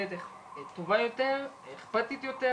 חודש דצמבר מבחינתנו מהווה הזדמנות לשים